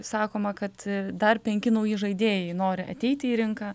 sakoma kad dar penki nauji žaidėjai nori ateiti į rinką